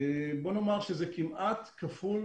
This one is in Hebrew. זה כמעט כפול